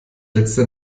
letzte